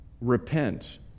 Repent